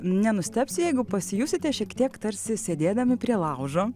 nenustebs jeigu pasijusite šiek tiek tarsi sėdėdami prie laužo